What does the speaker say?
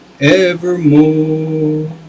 evermore